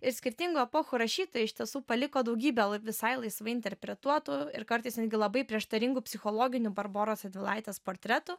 ir skirtingų epochų rašytojai iš tiesų paliko daugybę visai laisvai interpretuotų ir kartais netgi labai prieštaringų psichologinių barboros radvilaitės portretų